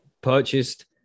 purchased